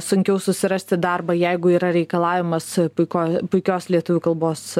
sunkiau susirasti darbą jeigu yra reikalavimas puiko puikios lietuvių kalbos